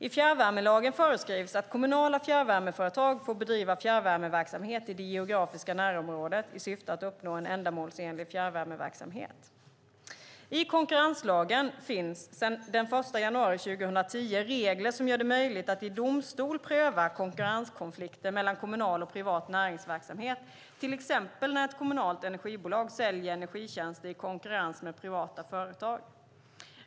I fjärrvärmelagen föreskrivs att kommunala fjärrvärmeföretag får bedriva fjärrvärmeverksamhet i det geografiska närområdet i syfte att uppnå en ändamålsenlig fjärrvärmeverksamhet. I konkurrenslagen finns sedan den 1 januari 2010 regler som gör det möjligt att i domstol pröva konkurrenskonflikter mellan kommunal och privat näringsverksamhet, till exempel när ett kommunalt energibolag säljer energitjänster i konkurrens med privata företag.